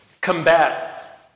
combat